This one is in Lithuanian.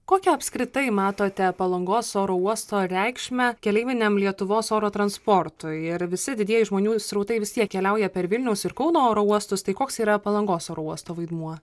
kokią apskritai matote palangos oro uosto reikšmę keleiviniam lietuvos oro transportui ir visi didieji žmonių srautai vis tiek keliauja per vilniaus ir kauno oro uostus tai koks yra palangos oro uosto vaidmuo